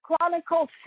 Chronicles